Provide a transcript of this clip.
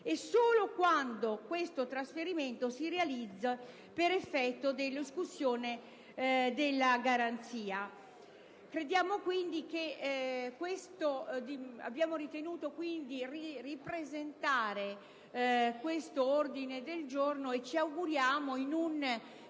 e solo quando questo trasferimento si realizza per effetto della escussione della garanzia. Abbiamo ritenuto quindi di ripresentare questo ordine del giorno e ci auguriamo un